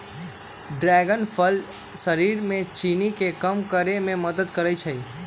dragon फल शरीर में चीनी के कम करे में मदद करई छई